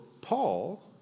Paul